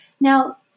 Now